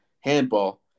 handball